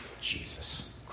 Jesus